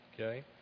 Okay